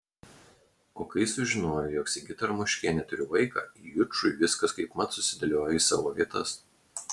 o kai sužinojo jog sigita ramoškienė turi vaiką jučui viskas kaipmat susidėliojo į savo vietas